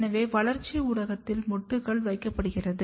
எனவே வளர்ச்சி ஊடகத்தில் மொட்டுகள் வைக்கப்படுகிறது